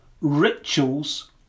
rituals